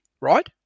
right